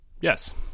yes